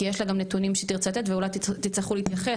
כי יש לה גם נתונים שהיא תרצה לתת ואולי תרצו להתייחס,